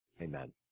Amen